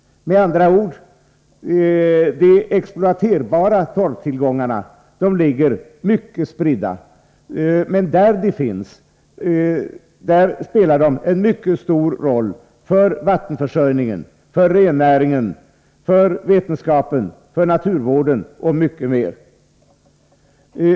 Med andra ord: De exploaterbara torvtillgångarna ligger mycket spridda. Men där de finns spelar de en mycket stor roll för vattenförsörjningen, för rennäringen, för vetenskapen, för naturvården och även i många andra sammanhang.